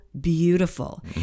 beautiful